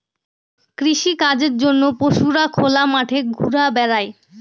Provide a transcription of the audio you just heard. কৃষিকাজের জন্য পশুরা খোলা মাঠে ঘুরা বেড়ায়